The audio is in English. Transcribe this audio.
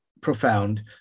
profound